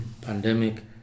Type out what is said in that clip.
pandemic